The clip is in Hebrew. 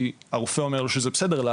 כי הרופא אומר לו שזה בסדר,